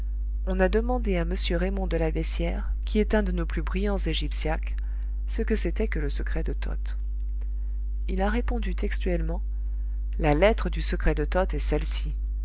on a demandé à m raymond de la beyssière qui est un de nos plus brillants égyptiaques ce que c'était que le secret de toth il a répondu textuellement la lettre du secret de toth est celle-ci